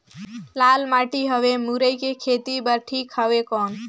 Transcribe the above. लाल माटी हवे मुरई के खेती बार ठीक हवे कौन?